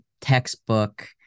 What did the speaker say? textbook